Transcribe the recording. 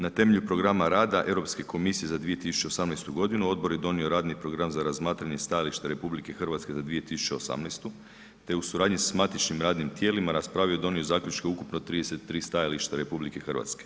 Na temelju programa rada Europske komisije za 2018. godinu odbor je donio radni program za razmatranje stajališta RH za 2018. te u suradnji sa matičnim radnim tijelima raspravio i donio zaključke ukupno 33 stajališta RH.